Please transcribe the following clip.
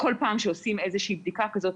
בכל פעם שעושים איזה בדיקה כזאת,